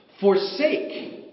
Forsake